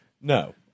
No